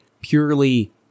purely